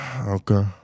Okay